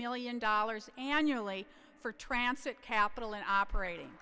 million dollars annually for transit capital and operating